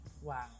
Wow